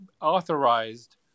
authorized